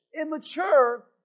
immature